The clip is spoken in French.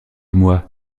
moi